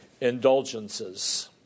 indulgences